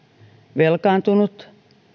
velkaantunut